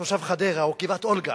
תושב חדרה או גבעת-אולגה,